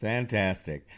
Fantastic